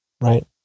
right